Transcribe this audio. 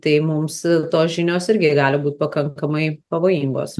tai mums tos žinios irgi gali būt pakankamai pavojingos